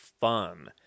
fun